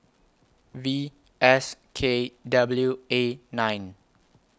V S K W A nine